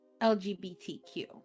lgbtq